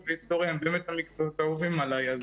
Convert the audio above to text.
והיסטוריה הם באמת מקצועות האהובים עליי.